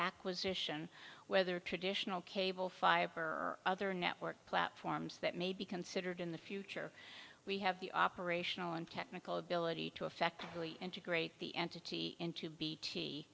acquisition whether traditional cable fiber other network platforms that may be considered in the future we have the operational and technical ability to affect really integrate the entity into b